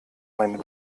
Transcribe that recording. meine